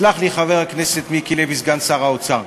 סלח לי, חבר הכנסת מיקי לוי, סגן שר האוצר.